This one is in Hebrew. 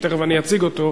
שתיכף אני אציג אותו.